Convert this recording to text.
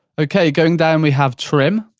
okay, going down we have trim.